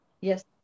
Yes